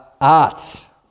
arts